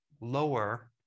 lower